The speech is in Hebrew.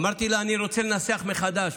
אמרתי לה: אני רוצה לנסח מחדש,